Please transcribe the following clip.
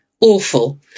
Awful